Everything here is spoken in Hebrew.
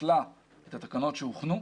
את התקנות שהוכנו.